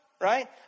Right